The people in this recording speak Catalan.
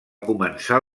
començar